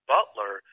Butler